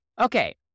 okay